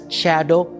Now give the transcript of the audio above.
shadow